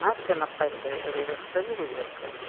ᱱᱟᱭᱛᱮ ᱱᱟᱯᱟᱭᱛᱮ ᱟᱹᱰᱤ ᱨᱟᱹᱥᱠᱟᱹ ᱜᱮ ᱵᱩᱡᱷᱟᱹᱜ ᱠᱟᱱᱟ